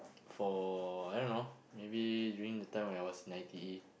for I don't know maybe during the time when I was in I_T_E